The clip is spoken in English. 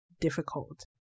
difficult